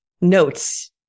notes